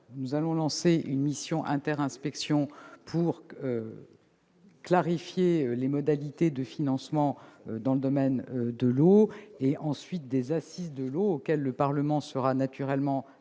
nous allons lancer une mission interinspections pour clarifier les modalités de financement de la politique de l'eau. Ensuite, nous réunirons des assises de l'eau, auxquelles le Parlement sera naturellement